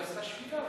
היא עשתה שביתה.